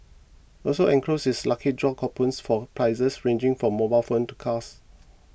also enclosed is lucky draw coupon for prizes ranging from mobile phones to cars